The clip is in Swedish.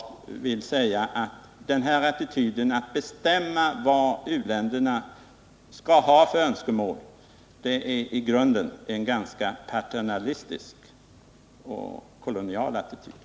Jag vill framhålla att en attityd som innebär att man vill bestämma vilka önskemål u-länderna skall ha är i grunden en paternalistisk och kolonial attityd.